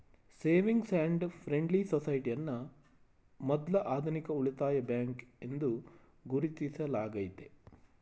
savings and friendly society ಅನ್ನ ಮೊದ್ಲ ಆಧುನಿಕ ಉಳಿತಾಯ ಬ್ಯಾಂಕ್ ಎಂದು ಗುರುತಿಸಲಾಗೈತೆ